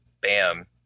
Bam